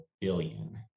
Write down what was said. billion